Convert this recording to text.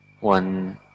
One